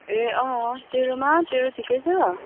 ए अँ तेरोमा तेरो ठिकै छ